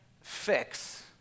fix